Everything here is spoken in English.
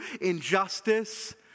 injustice